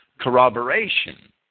corroboration